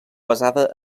basada